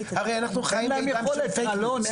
הרי אנחנו חיים בעידן של פייק ניוז.